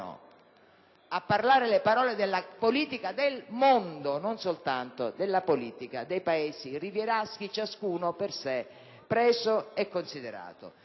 a parlare le parole della politica del mondo e non soltanto della politica dei Paesi rivieraschi, ciascuno per sé, preso e considerato.